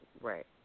Right